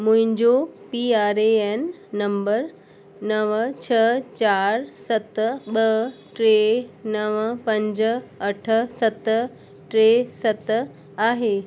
मुंहिंजो P R A N number नवं छह चार सत ॿ टे नवं पंज अठ सत टे सत आहे